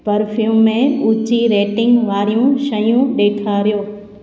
perfume में उची rating वारियूं शयूं ॾेखारियो